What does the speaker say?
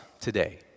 today